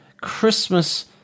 christmas